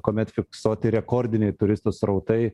kuomet fiksuoti rekordiniai turistų srautai